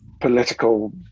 political